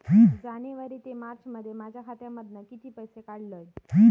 जानेवारी ते मार्चमध्ये माझ्या खात्यामधना किती पैसे काढलय?